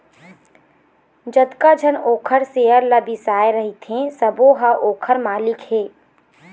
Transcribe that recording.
जतका झन ओखर सेयर ल बिसाए रहिथे सबो ह ओखर मालिक ये